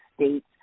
states